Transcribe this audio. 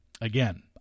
Again